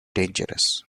dangerous